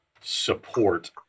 support